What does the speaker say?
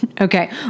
Okay